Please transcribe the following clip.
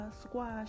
squash